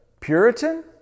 Puritan